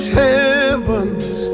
heaven's